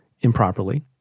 improperly